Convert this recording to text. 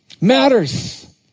matters